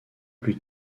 plus